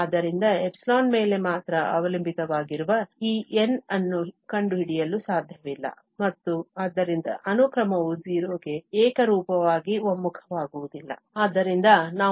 ಆದ್ದರಿಂದ ϵ ಮೇಲೆ ಮಾತ್ರ ಅವಲಂಬಿತವಾಗಿರುವ ಈ N ಅನ್ನು ಕಂಡುಹಿಡಿಯಲು ಸಾಧ್ಯವಿಲ್ಲ ಮತ್ತು ಆದ್ದರಿಂದ ಅನುಕ್ರಮವು 0 ಗೆ ಏಕರೂಪವಾಗಿ ಒಮ್ಮುಖವಾಗುವುದಿಲ್ಲ